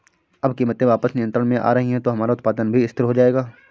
अब कीमतें वापस नियंत्रण में आ रही हैं तो हमारा उत्पादन भी स्थिर हो जाएगा